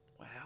Wow